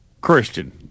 Christian